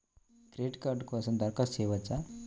Credit card కోసం దరఖాస్తు చేయవచ్చా?